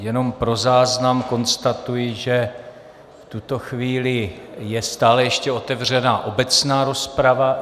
Jenom pro záznam konstatuji, že v tuto chvíli je stále ještě otevřena obecná rozprava.